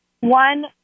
One